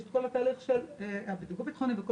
יש את כל התהליך של הבידוק הביטחוני וכל